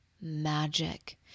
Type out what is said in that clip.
magic